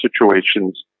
situations